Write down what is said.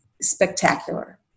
spectacular